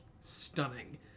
stunning